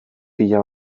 pila